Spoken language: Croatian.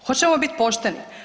Hoćemo biti pošteni?